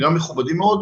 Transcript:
גם מכובדים מאוד,